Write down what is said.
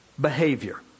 behavior